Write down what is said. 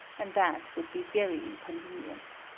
and that would be very inconvenient.